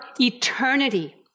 eternity